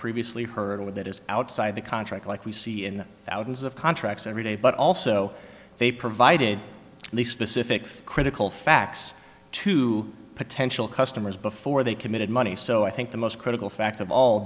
previously heard of that is outside of the contract like we see in thousands of contracts every day but also they provided the specific critical facts to potential customers before they committed money so i think the most critical fact of all